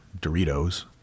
Doritos